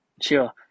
Sure